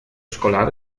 escolar